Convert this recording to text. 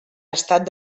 estat